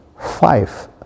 five